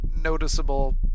noticeable